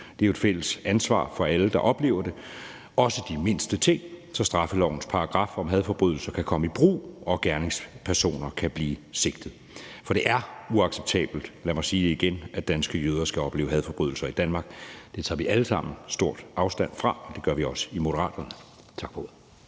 Det er jo et fælles ansvar for alle, der oplever det, også de mindste ting, så straffelovens paragraf om hadforbrydelser kan komme i brug og gerningspersoner kan blive sigtet. For det er uacceptabelt – lad mig sige det igen – at danske jøder skal opleve hadforbrydelser i Danmark. Det tager vi alle sammen stor afstand fra, det gør vi også i Moderaterne. Tak for